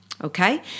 Okay